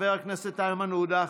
חבר הכנסת איימן עודה,